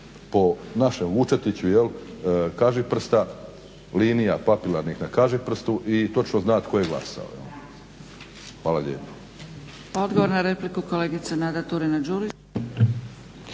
po našem Vučetiću, kažiprsta, linija papilarnih na kažiprstu i točno zna tko je glasao. Hvala lijepo.